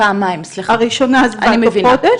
הראשונה הזמנתי תוך חודש,